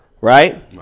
Right